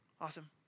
Awesome